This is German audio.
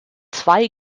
zwei